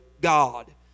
God